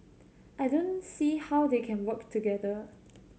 I don't see how they can work together